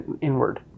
inward